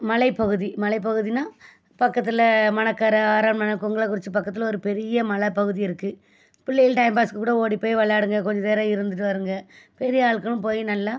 மலைப்பகுதி மலைப்பகுதின்னா பக்கத்தில் மணக்கரை அரண்மனை கொங்கலக்குறிச்சி பக்கத்தில் ஒரு பெரிய மலைப்பகுதி இருக்குது பிள்ளைகள் டைம் பாஸ்க்கு கூட ஓடி போய் விளையாடுங்க கொஞ்ச நேரம் இருந்துட்டு வருங்க பெரிய ஆள்களும் போய் நல்லா